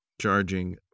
charging